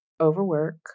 overwork